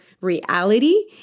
reality